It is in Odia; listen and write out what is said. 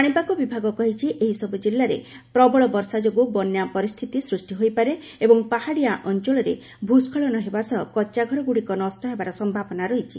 ପାଣିପାଗ ବିଭାଗ କହିଛି ଏହିସବୁ ଜିଲ୍ଲାରେ ପ୍ରବଳ ବର୍ଷା ଯୋଗୁଁ ବନ୍ୟା ପରିସ୍ଥିତି ସୃଷ୍ଟି ହୋଇପାରେ ଏବଂ ପାହାଡ଼ିଆ ଅଞ୍ଚଳରେ ଭୂସ୍କଳନ ହେବା ସହ କଚ୍ଚାଘରଗୁଡ଼ିକ ନଷ୍ଟ ହେବାର ସମ୍ଭାବନା ରହିଛି